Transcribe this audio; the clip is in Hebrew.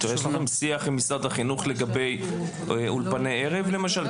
יש שיח עם משרד החינוך לגבי אולפני ערב למשל?